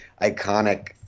iconic